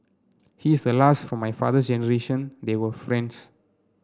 he's the last from my father's generation they were friends